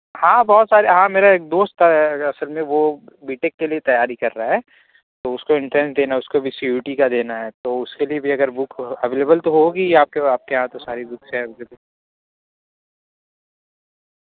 ہاں بہت سارے ہاں میرا ایک دوست تھا اصل میں وہ بی ٹیک کے لیے تیاری کر رہا ہے تو اس کو انٹرنس دینا ہے اس کو بھی سی یو ٹی کا دینا ہے تو اس کے لیے بھی اگر بک اویلیبل تو ہوگی ہی آپ کے آپ کے یہاں تو ساری بکس ہیں